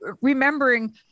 Remembering